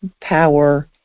power